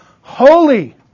holy